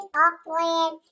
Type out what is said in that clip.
off-land